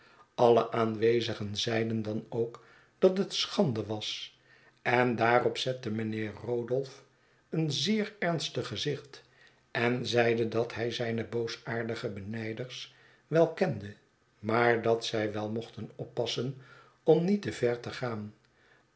alle aanwezigen zeiden dan ook dat het schande was en daarop zette mijnheer rodolph een zeer ernstig gezicht en zeide dat hij zijne boosaardige benijders wel kende maar dat zij wel mochten oppassen om niet te ver te gaan